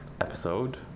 episode